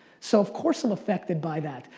so, of course i'm effected by that,